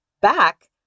back